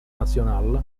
nacional